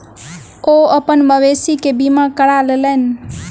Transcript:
ओ अपन मवेशी के बीमा करा लेलैन